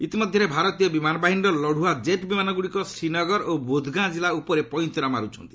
ଇତିମଧ୍ୟରେ ଭାରତୀୟ ବିମାନ ବାହିନୀର ଲଢୁଆ ଜେଟ୍ ବିମାନଗୁଡ଼ିକ ଶ୍ରୀନଗର ଓ ବୁଧ୍ଗାଁ ଜିଲ୍ଲା ଉପରେ ପଇଁତରା ମାରୁଛନ୍ତି